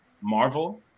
Marvel